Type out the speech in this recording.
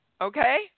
Okay